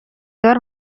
دار